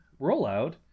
rollout